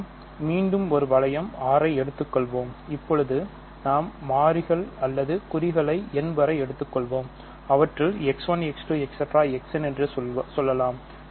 நாம் மீண்டும் ஒரு வளையம் R ஐ எடுத்துக்கொள்வோம் இப்போது நாம் மாறிகள் அல்லது குறிகளை n வரை எடுத்துக்கொள்வோம் அவற்றில் X 1 X 2 X n என்று சொல்லலாம் மேலும் R X 1 X 2